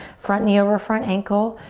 front knee over front ankle.